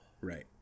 Right